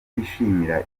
twishimira